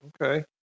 Okay